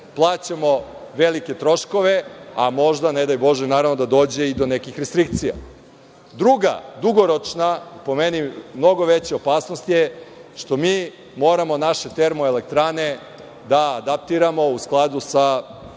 plaćamo velike troškove, a možda, ne daj Bože, da dođe i do nekih restrikcija. Druga dugoročna, po meni mnogo veća opasnost je, što mi moramo naše termoelektrane da adaptiramo u skladu sa